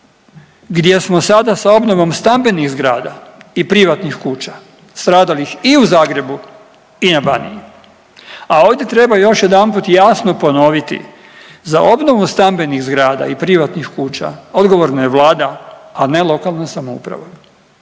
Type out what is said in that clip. gdje smo sada s obnovom stambenih zgrada i privatnih kuća stradalih i u Zagrebu i na Baniji. A ovdje treba još jedanput jasno ponoviti, za obnovu stambenih zgrada i privatnih kuća odgovorna je vlada, a ne lokalna samouprava.